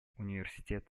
университет